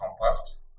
compost